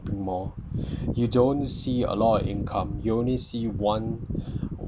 shopping mall you don't see a lot of income you only see one